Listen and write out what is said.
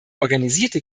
organisierte